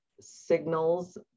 signals